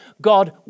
God